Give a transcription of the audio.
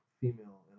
female